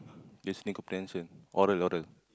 listening comprehension oral oral